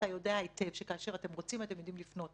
אתה יודע היטב שכאשר אתם רוצים יודעים לפנות,